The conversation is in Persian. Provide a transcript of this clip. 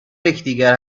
یکدیگر